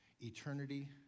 Eternity